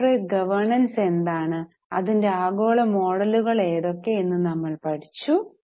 corporate governance എന്താണ് അതിന്റെ ആഗോള മോഡലുകൾ ഏതൊക്കെ എന്ന് നമ്മൾ പഠിച്ചു